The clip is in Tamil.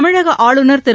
தமிழக ஆளுநர் திரு